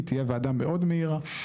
היא תהיה וועדה מאוד מהירה.